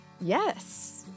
Yes